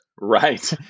Right